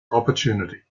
opportunity